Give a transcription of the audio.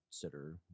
consider